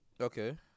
Okay